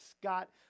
Scott